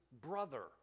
brother